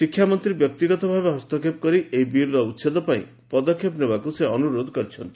ଶିକ୍ଷାମନ୍ତୀ ବ୍ୟକ୍ତିଗତଭାବେ ହସ୍ତକ୍ଷେପ କରି ଏହି ବିଲ୍ର ଉଛେଦ ପାଇଁ ପଦକ୍ଷେପ ନେବାକୁ ସେ ଅନୁରୋଧ କରିଛନ୍ତି